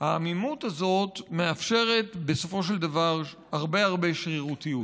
והעמימות הזאת מאפשרת בסופו של דבר הרבה הרבה שרירותיות.